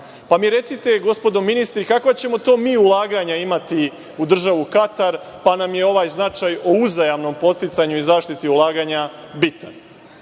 Recite mi, gospodo ministri, kakva ćemo mi to ulaganja imati u državu Katar, pa nam je ovaj značaj o uzajamnom podsticanju i ulaganju bitan?